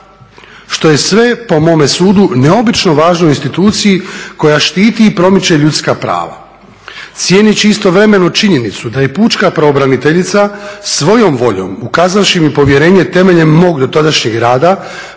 što je sve po mome sudu neobično važno instituciji koja štiti i promiče ljudska prava. Cijeneći istovremeno činjenicu da je pučka pravobraniteljica svojom voljom ukazavši mi povjerenje temeljem mog dotadašnjeg rada